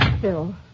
Phil